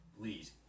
please